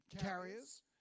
carriers